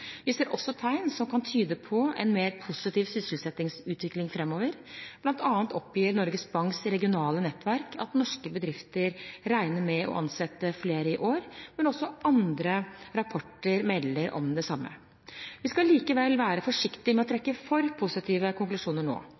Vi ser også tegn som kan tyde på en mer positiv sysselsettingsutvikling framover. Blant annet oppgir Norges Banks regionale nettverk at norske bedrifter regner med å ansette flere i år – men også andre rapporter melder om det samme. Vi skal likevel være forsiktige med å trekke for positive konklusjoner nå.